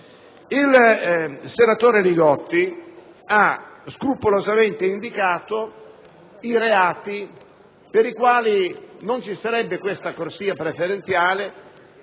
Il senatore Li Gotti ha scrupolosamente indicato i reati per i quali non ci sarebbe questa corsia preferenziale